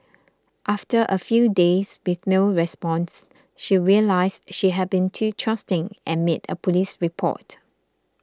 after a few days with no response she realised she had been too trusting and made a police report